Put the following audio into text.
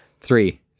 Three